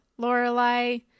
Lorelai